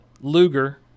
Luger